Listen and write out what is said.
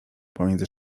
pomiędzy